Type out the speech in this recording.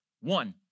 One